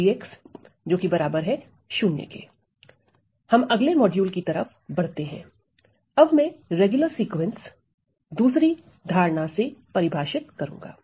उदाहरण के लिए हम अगले मॉड्यूल की तरफ बढ़ते हैं अब मैं रेगुलर सीक्वेंस दूसरी धारणा परिभाषित करूंगा